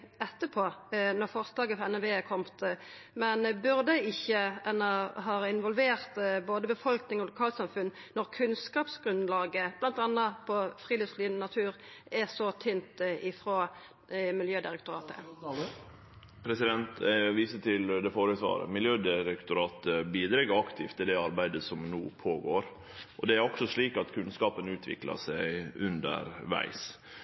etterpå, når forslaget frå NVE har kome, men burde ein ikkje ha involvert både befolkning og lokalsamfunn når kunnskapsgrunnlaget til Miljødirektoratet, bl.a. når det gjeld friluftsliv og natur, er så tynt? Eg viser til det førre svaret. Miljødirektoratet bidreg aktivt til det arbeidet som no er i gang, og